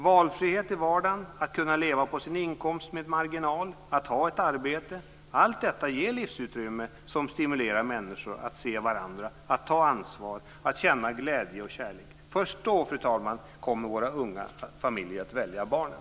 Valfrihet i vardagen, att kunna leva på sin inkomst med marginal, att ha ett arbete - allt detta ger livsutrymme som stimulerar människor att se varandra, att ta ansvar, att känna glädje och kärlek. Först då, fru talman, kommer våra unga familjer att välja barnen.